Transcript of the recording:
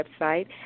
website